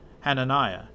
Hananiah